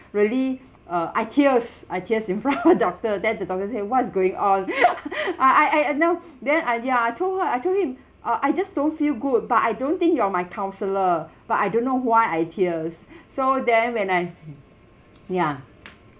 really uh I tears I tears in front of doctor then the doctor say what is going on I I I I know then I ya I told her I told him uh I just don't feel good but I don't think you are my counsellor but I don't know why I tears so then when I ya